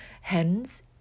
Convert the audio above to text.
Hence